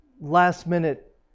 last-minute